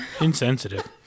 Insensitive